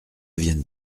vienne